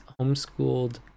homeschooled